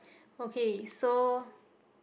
okay so